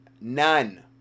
none